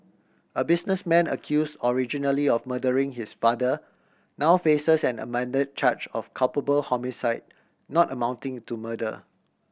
a businessman accused originally of murdering his father now faces an amended charge of culpable homicide not amounting to murder